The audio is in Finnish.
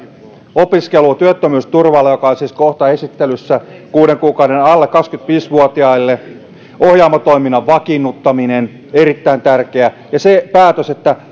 opiskelua työttömyysturvalla joka on siis kohta esittelyssä kuuden kuukauden ajan alle kaksikymmentäviisi vuotiaille ohjaamo toiminnan vakiinnuttaminen on erittäin tärkeää ja se päätös että